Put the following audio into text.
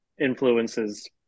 influences